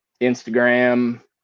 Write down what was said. Instagram